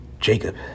Jacob